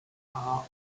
are